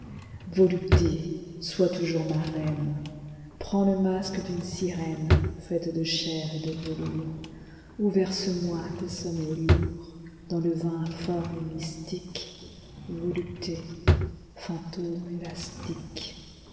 volupté sois toujours ma reine prends le masque d'une sirènefaite de chair ei de velours ou verse-moi tes sommeils lourdsdans le vin informe et mystique volupté fantôme